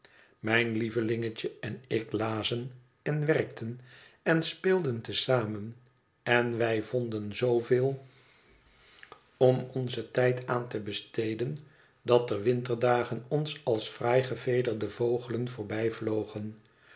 mijn lievelingetje en ik lazen en werkten en speelden te zamen en wij vonden zooveel om het verlaten huis onzen tijd aan te besteden dat de winterdagen ons als fraai gevederde vogelen